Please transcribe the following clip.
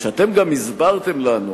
אתם גם הסברתם לנו